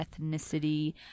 ethnicity